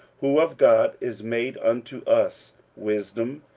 who of god is made unto us wisdom,